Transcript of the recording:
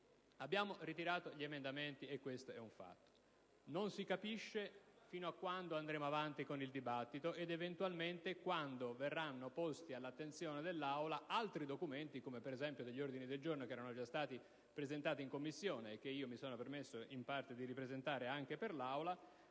Abbiamo ritirato gli emendamenti, e questo è un fatto. Non si capisce fino a quando andremo avanti con il dibattito e quando eventualmente verranno posti all'attenzione dell'Aula altri documenti, come per esempio alcuni ordini del giorno presentati in Commissione, che mi sono permesso in parte di ripresentare anche in Aula,